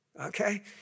okay